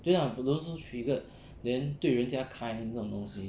对 lah don't so triggered then 对人家 kind 这种东西